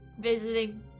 visiting